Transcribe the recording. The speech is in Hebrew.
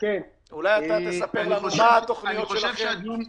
אולי אתה תספר לנו מה התוכניות שלכם?